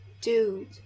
Dude